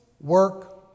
work